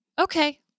Okay